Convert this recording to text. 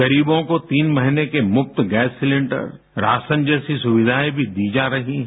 गरीबों को तीन महीने के मुफ्त गैस सिलेंडर राशन जैसी सुविधायें भी दी जा रही हैं